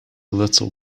little